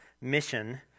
mission